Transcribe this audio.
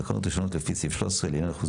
תקנות ראשונות לפי סעיף 13 לעניין ייחוס